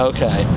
Okay